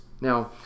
Now